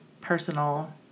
personal